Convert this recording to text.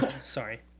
sorry